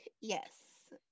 yes